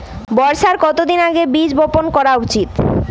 বর্ষার কতদিন আগে বীজ বপন করা উচিৎ?